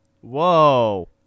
Whoa